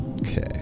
Okay